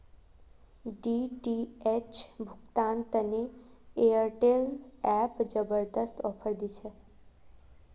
DTH भुगतान तने Airtel app जबरदस्त ऑफर दी छे